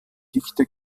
dichte